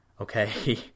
Okay